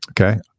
Okay